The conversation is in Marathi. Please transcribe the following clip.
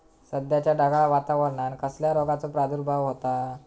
सध्याच्या ढगाळ वातावरणान कसल्या रोगाचो प्रादुर्भाव होता?